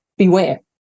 beware